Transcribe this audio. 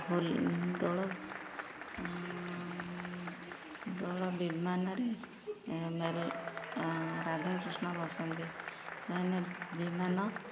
ହୋଲି ଦୋଳ ଦୋଳ ବିମାନରେ ମେଲ୍ ରାଧାକୃଷ୍ଣ ବସନ୍ତି ସେମାନେ ବିମାନ